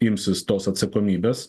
imsis tos atsakomybės